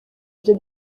ibyo